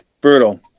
Brutal